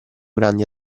grandi